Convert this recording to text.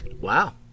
Wow